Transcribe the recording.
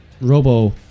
Robo